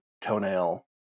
toenail